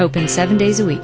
open seven days a week